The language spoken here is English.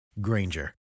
Granger